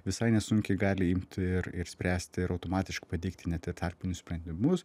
visai nesunkiai gali imti ir ir spręsti ir automatiškai pateikti net ir tarpinius sprendimus